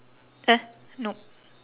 eh no